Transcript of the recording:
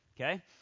okay